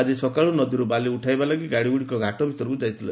ଆଜି ସକାଳୁ ନଦୀରୁ ବାଲିଉଠାଇବା ଲାଗି ଗାଡିଗୁଡିକ ଘାଟ ଭିତରକୁ ଯାଇଥିଲା